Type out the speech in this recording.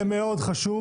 זה מאוד חשוב..